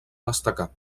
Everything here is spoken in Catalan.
destacar